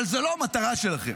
אבל זו לא המטרה שלכם.